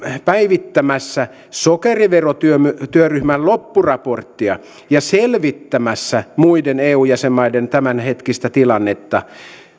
päivittämässä sokerivero työryhmän loppuraporttia ja selvittämässä muiden eu jäsenmaiden tämänhetkistä tilannetta